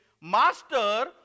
Master